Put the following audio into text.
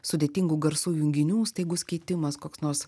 sudėtingų garsų junginių staigus keitimas koks nors